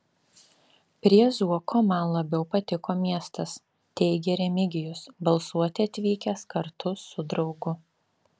prie zuoko man labiau patiko miestas teigė remigijus balsuoti atvykęs kartu su draugu